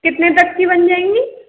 कितने तक की बन जाएंगी